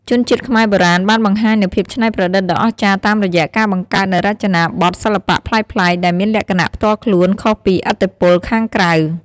ជនជាតិខ្មែរបុរាណបានបង្ហាញនូវភាពច្នៃប្រឌិតដ៏អស្ចារ្យតាមរយៈការបង្កើតនូវរចនាបថសិល្បៈប្លែកៗ ដែលមានលក្ខណៈផ្ទាល់ខ្លួនខុសពីឥទ្ធិពលខាងក្រៅ។